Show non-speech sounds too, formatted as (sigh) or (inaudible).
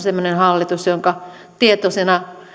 (unintelligible) semmoinen hallitus jonka tietoisena